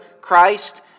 Christ